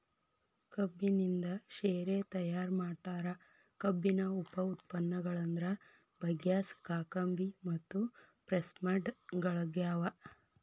ಕಬ್ಬಿನಿಂದ ಶೇರೆ ತಯಾರ್ ಮಾಡ್ತಾರ, ಕಬ್ಬಿನ ಉಪ ಉತ್ಪನ್ನಗಳಂದ್ರ ಬಗ್ಯಾಸ್, ಕಾಕಂಬಿ ಮತ್ತು ಪ್ರೆಸ್ಮಡ್ ಗಳಗ್ಯಾವ